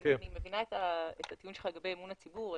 אני מבינה את הטיעון שלך לגבי אמון הציבור.